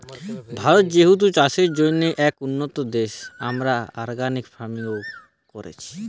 ভারত যেহেতু চাষের জন্যে এক উন্নতম দেশ, আমরা অর্গানিক ফার্মিং ও কোরছি